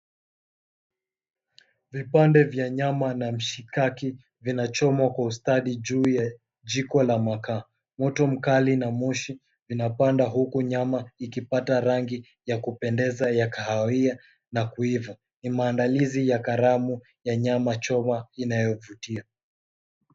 Vipande vya nyama na mshikaki vinachomwa kwa kustadi juu ya jiko la makaa. Moto mkali na moshi vinapanda huku nyama ikipata rangi ya kupendeza yakahawia hiyo na kuiva. Ni maandalizi ya karamu ya nyama choma inayovutia.